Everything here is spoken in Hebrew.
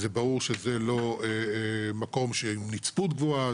זה ברור שזה לא מקום של נצפות גבוהה,